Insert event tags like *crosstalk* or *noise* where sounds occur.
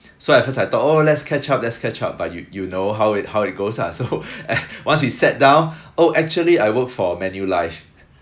so at first I thought oh let's catch up let's catch up but you you know how it how it goes lah so *laughs* once we sat down oh actually I work for manulife